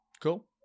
cool